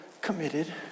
committed